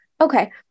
Okay